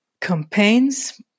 campaigns